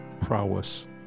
prowess